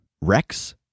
Rex